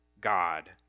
God